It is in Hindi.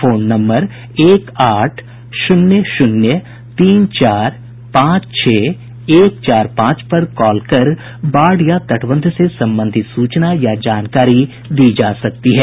फोन नम्बर एक आठ शून्य शून्य तीन चार पांच छह एक चार पांच पर कॉल कर बाढ़ या तटबंध से संबंधित सूचना या जानकारी दी जा सकती है